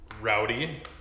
rowdy